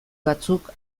batzuk